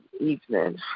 evening